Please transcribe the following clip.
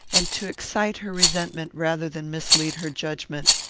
and to excite her resentment rather than mislead her judgment.